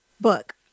book